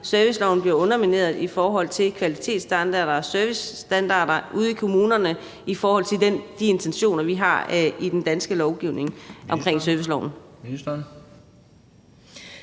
serviceloven bliver undermineret, hvad angår kvalitetsstandarder og servicestandarder ude i kommunerne i forhold til de intentioner, vi har i den danske lovgivning i forbindelse med serviceloven.